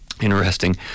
Interesting